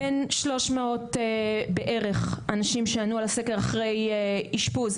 בין 300 בערך אנשים שעשו על הסקר אחרי אשפוז,